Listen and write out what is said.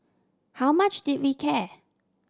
how much did we care